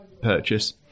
purchase